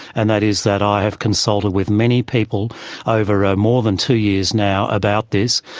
and that is that i have consulted with many people over ah more than two years now about this,